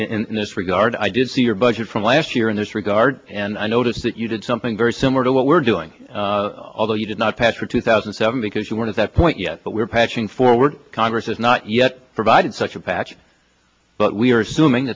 in this regard i did see your budget from last year in this regard and i notice that you did something very similar to what we're doing although you did not pass for two thousand and seven because you weren't at that point yet but we're patching forward congress has not yet provided such a patch but we are assuming